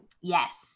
yes